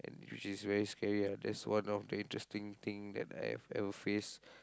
which is very scary ah that's one of the interesting thing that I have ever faced